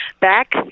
Back